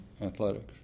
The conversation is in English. athletics